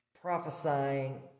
prophesying